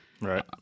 right